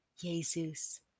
Jesus